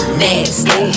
nasty